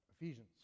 Ephesians